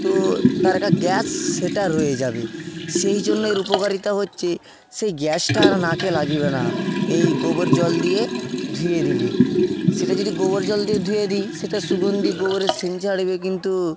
তো তার একটা গ্যাস সেটা রয়ে যাবে সেই জন্য এর উপকারিতা হচ্ছে সেই গ্যাসটা আর নাকে লাগবে না এই গোবর জল দিয়ে ধুয়ে দিলে সেটা যদি গোবর জল দিয়ে ধুয়ে দিই সেটা সুগন্ধি গোবরের সেন্ট ছাড়বে কিন্তু